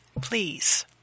Please